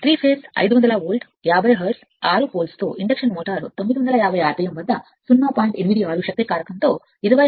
3 phase 500 volt 50 hertz 6 ధ్రువాలతో induction motor 950 rpm వద్ద 20 horse పవర్ని 0